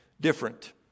different